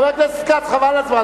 חבר הכנסת כץ, חבל הזמן.